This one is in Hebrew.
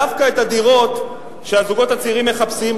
דווקא את הדירות שהזוגות הצעירים מחפשים,